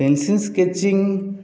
pencil sketching